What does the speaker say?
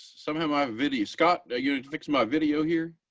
somehow my video, scott and you know fix my video here.